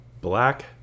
black